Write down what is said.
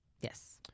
Yes